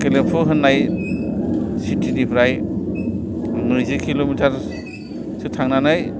गेलेम्फु होननाय सिटि निफ्रा नैजि किल'मिटारसो थांनानै